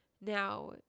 now